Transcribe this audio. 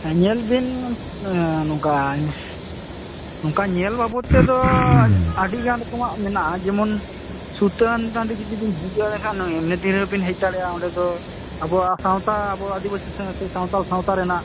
ᱦᱮᱸ ᱧᱮᱞ ᱵᱮᱱ ᱱᱚᱠᱟ ᱱᱚᱝᱠᱟ ᱧᱮᱞ ᱵᱟᱵᱚᱛ ᱛᱮᱫᱚ ᱟᱹᱰᱤ ᱜᱟᱱ ᱨᱚᱠᱚᱢᱟᱜ ᱢᱮᱱᱟᱜᱼᱟ ᱡᱮᱢᱚᱱ ᱥᱩᱛᱟᱹᱱ ᱴᱟᱺᱰᱤ ᱡᱩᱫᱤ ᱵᱮᱱ ᱦᱤᱡᱩᱜᱼᱟ ᱮᱱᱠᱷᱟᱱ ᱮᱢᱱᱤ ᱫᱤᱱ ᱨᱮᱦᱚᱸ ᱵᱮᱱ ᱦᱮᱡ ᱫᱟᱲᱮᱭᱟᱜᱼᱟ ᱚᱸᱰᱮ ᱫᱚ ᱟᱵᱚᱣᱟᱜ ᱥᱟᱶᱛᱟ ᱟᱵᱚ ᱟᱹᱫᱤᱵᱟᱹᱥᱤ ᱥᱚᱜᱮ ᱥᱟᱶᱛᱟᱞ ᱥᱟᱶᱛᱟ ᱨᱮᱱᱟᱜ